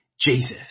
Jesus